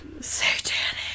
satanic